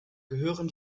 gehören